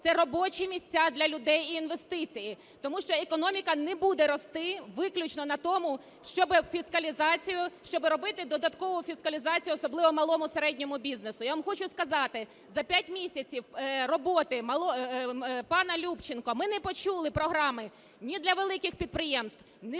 це робочі місця для людей і інвестиції. Тому що економіка не буде рости виключно на тому, щоби робити додаткову фіскалізацію, особливо малому, середньому бізнесу. Я вам хочу сказати, за п'ять місяців роботи пана Любченка ми не почули програми ні для великих підприємств, ні для державних підприємств,